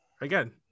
again